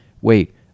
Wait